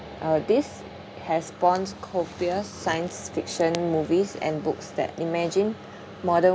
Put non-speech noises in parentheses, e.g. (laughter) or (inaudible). uh this has spawned copious science fiction movies and books that imagine (breath) modern